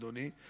אדוני.